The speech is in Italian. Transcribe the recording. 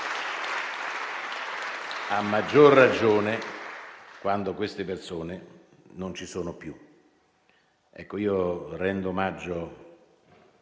a maggior ragione quando queste persone non ci sono più. Rendo omaggio